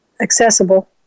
accessible